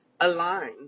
align